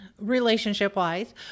relationship-wise